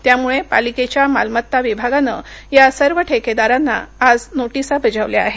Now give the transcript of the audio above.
त्यामुळे पालिकेच्या मालमता विभागाने या सर्व ठेकेदारांना आज नोटीसा बजावल्या आहेत